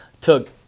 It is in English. Took